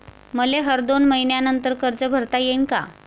मले हर दोन मयीन्यानंतर कर्ज भरता येईन का?